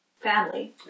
family